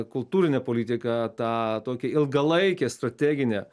kultūrinę politiką tą tokią ilgalaikę strateginę